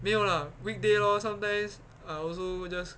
没有啦 weekday lor sometimes I also just